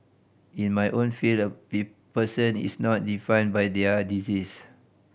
in my own field a person is not defined by their disease